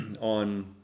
on